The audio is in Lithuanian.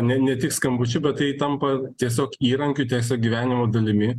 ne ne tik skambučiu bet tai tampa tiesiog įrankiu tiesiog gyvenimo dalimi